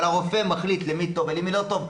אבל הרופא מחליט למי טוב ולמי לא טוב,